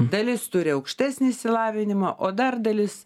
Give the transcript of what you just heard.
dalis turi aukštesnį išsilavinimą o dar dalis